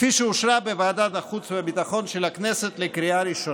כפי שאושרה בוועדת החוץ והביטחון של הכנסת לקריאה ראשונה.